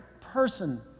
person